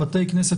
"בתי כנסת",